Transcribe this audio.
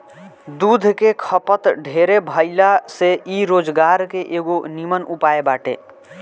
दूध के खपत ढेरे भाइला से इ रोजगार के एगो निमन उपाय बाटे